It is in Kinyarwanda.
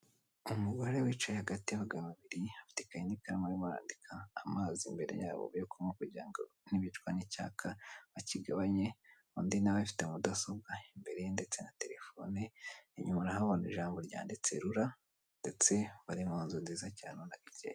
Umugore wicaye hagati y'abagabo babiri, afite ikayi n'ikaramu barimo barandika, amazi imbere ya bo bari kunywa kugira ngo nibicwa n'icyaka bakigabanye, undi na we afite mudasobwa imbere ye na telefone, inyuma urahabona ijambo ryanditse rura, ndetse bari munzu nziza cyane urabona ko icyeye.